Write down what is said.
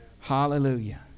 Hallelujah